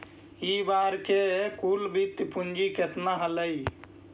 इ बार के कुल वित्तीय पूंजी केतना हलइ?